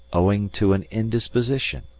owing to an indisposition.